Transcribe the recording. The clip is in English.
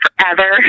forever